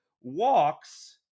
walks